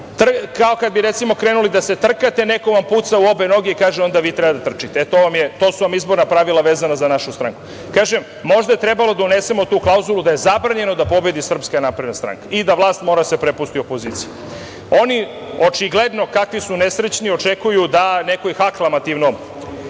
kao kad bi recimo krenuli da se trkate a neko vam puca u obe noge a vi treba da trčite. Eto, to su vam izborna pravila vezana za našu stranku. Kažem, možda je trebalo da unesemo tu klauzulu da je zabranjeno da pobedi SNS i da vlast mora da se prepusti opoziciji. Oni očigledno, kakvi su nesrećni, očekuju da ih neko aklamativno